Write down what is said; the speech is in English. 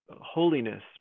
holiness